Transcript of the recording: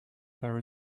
there